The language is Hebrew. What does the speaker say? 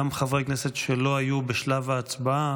גם חברי כנסת שלא היו בשלב ההצבעה